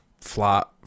flat